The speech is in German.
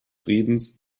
friedens